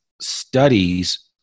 studies